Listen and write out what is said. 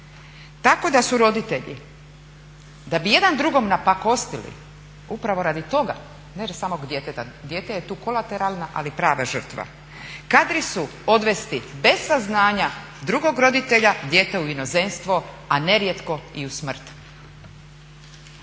Tako da su roditelji da bi jedan drugom napakostili upravo radi toga, ne samog djeteta, dijete je tu kolateralna ali prava žrtva, kadri su odvesti bez saznanja drugog roditelja dijete u inozemstvo, a nerijetko i u smrt.